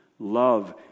love